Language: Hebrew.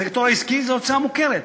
הסקטור העסקי, זו הוצאה מוכרת.